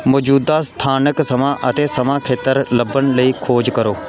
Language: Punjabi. ਮੌਜੂਦਾ ਸਥਾਨਕ ਸਮਾਂ ਅਤੇ ਸਮਾਂ ਖੇਤਰ ਲੱਭਣ ਲਈ ਖੋਜ ਕਰੋ